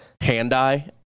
hand-eye